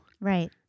right